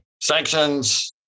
Sanctions